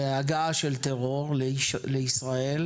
והגעה של טרור לישראל,